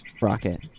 Rocket